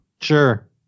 Sure